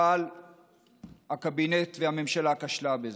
אבל הקבינט והממשלה כשלו בזה.